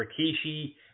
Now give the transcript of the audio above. Rikishi